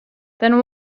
then